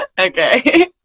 okay